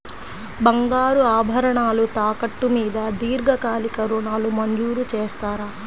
బంగారు ఆభరణాలు తాకట్టు మీద దీర్ఘకాలిక ఋణాలు మంజూరు చేస్తారా?